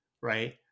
right